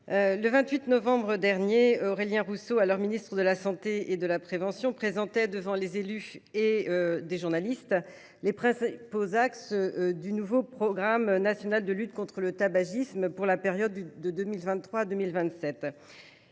Le 28 novembre dernier, Aurélien Rousseau, alors ministre de la santé et de la prévention, présentait devant des élus et des journalistes les principaux axes du nouveau programme national de lutte contre le tabac pour la période 2023 2027.